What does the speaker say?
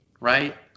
right